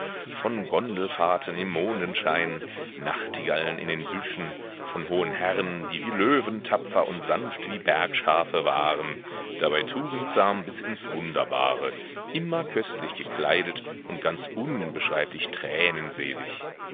von gondelfahrten im mondenschein nachtigallen in den büschen von hohen herren die wie löwen tapfer und sanft wie bergschafe waren dabei tugendsam bis ins wunderbare immer köstlich gekleidet und ganz unbeschreiblich tränenselig